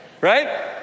Right